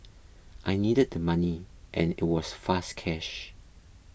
I needed the money and it was fast cash